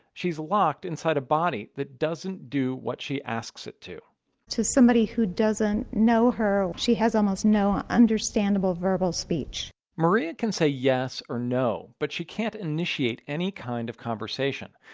she's locked inside a body that doesn't do what she asks it to to someone who doesn't know her, she has almost no understandable verbal speech maria can say yes or no, but she can't initiate any kind of conversation.